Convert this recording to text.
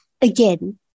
again